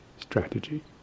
strategy